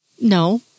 No